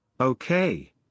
Okay